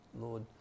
Lord